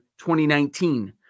2019